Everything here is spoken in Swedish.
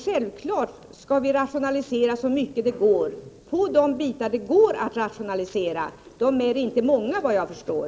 Självklart skall vi rationalisera så mycket det går, på de bitar där det går att rationalisera. Men de är inte många, såvitt jag förstår.